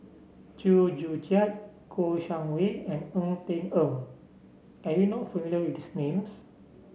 Chew Joo Chiat Kouo Shang Wei and Ng Eng Teng are you not familiar with these names